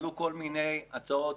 עלו כל מיני הצעות,